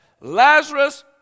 Lazarus